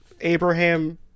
Abraham